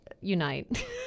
unite